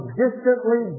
distantly